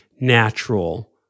natural